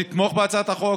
תתמוך בהצעת החוק